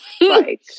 Right